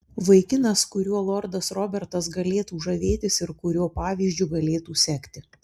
vaikinas kuriuo lordas robertas galėtų žavėtis ir kurio pavyzdžiu galėtų sekti